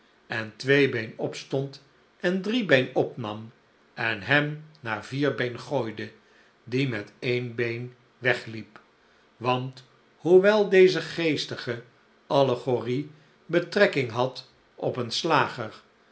en tweebeen opstond en driebeen opnam en hem naar vierbeen gooide die met eenbeen weg liep want hoewel deze geestige allegorie betrekking had op een slager